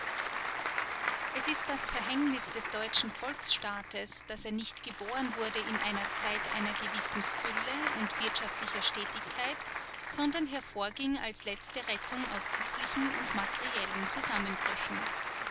es ist das verhängnis des deutschen volksstaates daß er nicht geboren wurde in der zeit einer gewissen fülle und wirtschaftlicher stetigkeit sondern hervorging als letzte rettung aus sittlichen und materiellen zusammenbrüchen